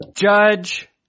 Judge